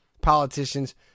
politicians